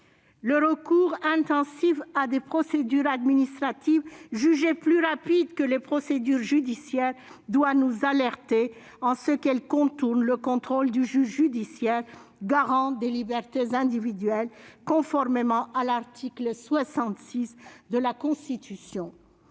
Le recours intensif à des procédures administratives, jugées plus rapides que les procédures judiciaires, doit nous alerter : de telles procédures contournent le contrôle du juge judiciaire, garant des libertés individuelles conformément à l'article 66 de la Constitution.